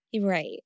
Right